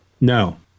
no